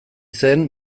zen